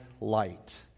light